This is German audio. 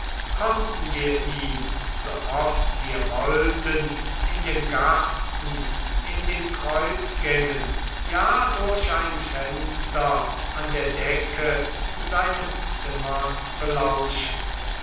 konnten wir ihn so oft wir wollten in dem garten in den kreuzgängen ja durch ein fenster an der decke seines zimmers belauschen